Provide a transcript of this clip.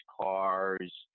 cars